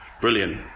brilliant